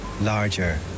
larger